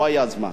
לא היה זמן.